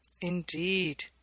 indeed